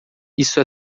isso